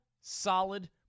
solid